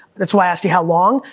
that's why i asked you how long.